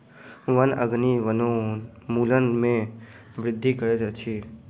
वन अग्नि वनोन्मूलन में वृद्धि करैत अछि